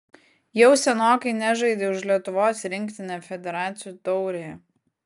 jau senokai nežaidei už lietuvos rinktinę federacijų taurėje